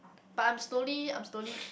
but I'm slowly I'm slowly